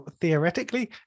theoretically